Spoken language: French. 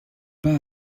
pas